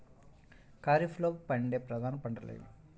ఖరీఫ్లో పండే ప్రధాన పంటలు ఏవి?